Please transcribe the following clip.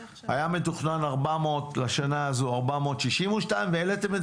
היה מתוכנן לשנה הזאת 462, והעליתם את